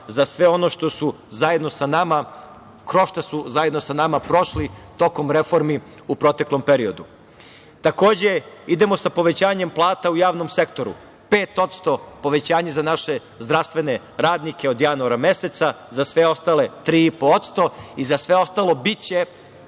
za sve ono što su zajedno sa nama, kroz šta su zajedno sa nama prošli tokom reformi u proteklom periodu. Takođe, idemo sa povećanjem plata u javnom sektoru. Pet odsto povećanje za naše zdravstvene radnike od januara meseca, za sve ostale 3,5% i za sve ostalo biće